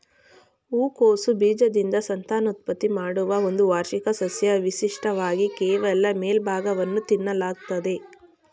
ಹೂಕೋಸು ಬೀಜದಿಂದ ಸಂತಾನೋತ್ಪತ್ತಿ ಮಾಡುವ ಒಂದು ವಾರ್ಷಿಕ ಸಸ್ಯ ವಿಶಿಷ್ಟವಾಗಿ ಕೇವಲ ಮೇಲ್ಭಾಗವನ್ನು ತಿನ್ನಲಾಗ್ತದೆ